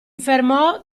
fermò